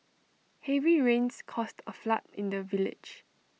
heavy rains caused A flood in the village